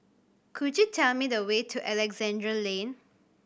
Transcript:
could you tell me the way to Alexandra Lane